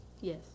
Yes